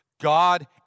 God